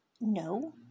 no